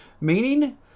meaning